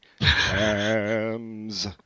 hams